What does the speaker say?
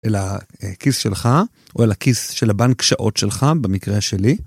אל הכיס שלך או אל הכיס של הבנק שעות שלך, במקרה שלי.